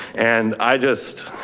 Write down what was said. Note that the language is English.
and i just,